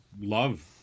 love